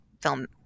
film